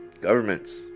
Governments